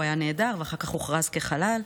הוא היה נעדר ואחר כך הוכרז כחלל.